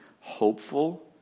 hopeful